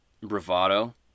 bravado